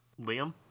Liam